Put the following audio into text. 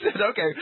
okay